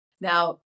Now